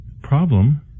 Problem